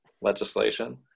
legislation